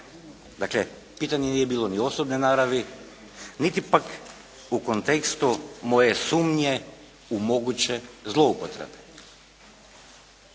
Dakle, pitanje nije bilo niti osobne naravi, niti pak u kontekstu moje sumnje u moguće zloupotrebe.